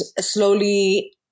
slowly